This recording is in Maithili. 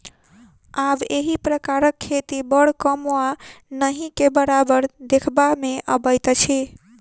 आब एहि प्रकारक खेती बड़ कम वा नहिके बराबर देखबा मे अबैत अछि